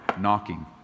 knocking